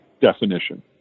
definition